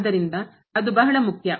ಆದ್ದರಿಂದ ಅದು ಬಹಳ ಮುಖ್ಯ